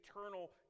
eternal